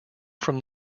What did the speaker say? from